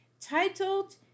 titled